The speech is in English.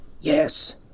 Yes